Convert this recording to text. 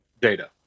data